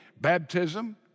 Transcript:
baptism